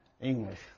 English